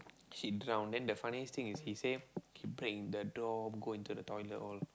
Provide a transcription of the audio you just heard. she drowned then the funniest thing is he say he break the door go into the toilet all